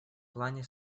плане